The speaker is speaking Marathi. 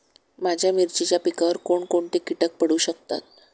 माझ्या मिरचीच्या पिकावर कोण कोणते कीटक पडू शकतात?